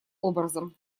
образом